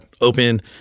open